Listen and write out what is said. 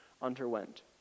underwent